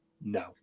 No